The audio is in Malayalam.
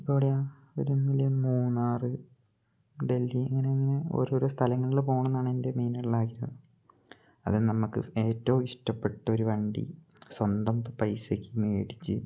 ഇപ്പം എവിടെയാണ് ഒരുന്നിലെ മൂന്നാറ് ഡൽഹി അങ്ങനെ അങ്ങനെ ഓരോരോ സ്ഥലങ്ങളിൽ പോകണം എന്നാണ് എൻ്റെ മെയിനായിട്ടുള്ള ആഗ്രഹം അത് നമുക്ക് ഏറ്റവും ഇഷ്ടപ്പെട്ട ഒരു വണ്ടി സ്വന്തം പൈസക്ക് മേടിച്ച്